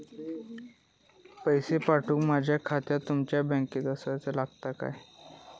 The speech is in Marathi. पैसे पाठुक माझा खाता तुमच्या बँकेत आसाचा लागताला काय?